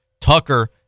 Tucker